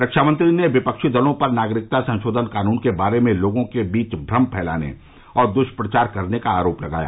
रक्षा मंत्री ने विपक्षी दलों पर नागरिकता संशोधन कानून के बारे में लोगों के बीच भ्रम फैलाने और द्ष्प्रचार करने का आरोप लगाया